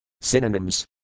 Synonyms